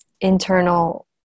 internal